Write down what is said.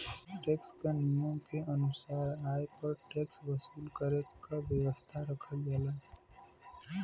tax क नियम के अनुसार आय पर टैक्स वसूल करे क व्यवस्था रखल जाला